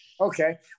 okay